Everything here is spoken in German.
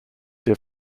der